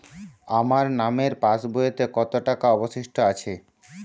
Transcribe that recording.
আমার নামের পাসবইতে কত টাকা অবশিষ্ট আছে?